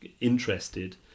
interested